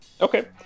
Okay